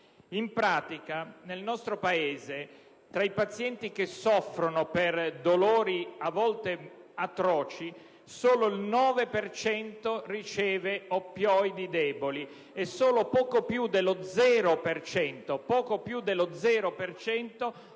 In pratica, nel nostro Paese, tra i pazienti che soffrono per dolori a volte atroci, solo il 9 per cento riceve oppioidi deboli e solo poco più dello